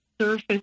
surface